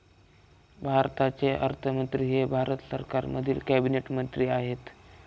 भारताचे अर्थमंत्री हे भारत सरकारमधील कॅबिनेट मंत्री आहेत